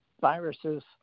viruses